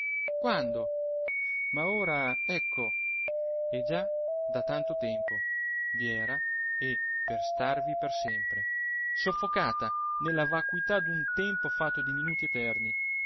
quando ma ora ecco e già da tanto tempo vi era e per starvi per sempre soffocata nella vacuità d'un tempo fatto di minuti eterni